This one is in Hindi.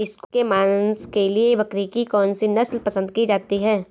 इसके मांस के लिए बकरी की कौन सी नस्ल पसंद की जाती है?